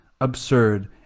absurd